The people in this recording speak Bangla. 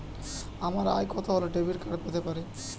আমার আয় কত হলে ডেবিট কার্ড পেতে পারি?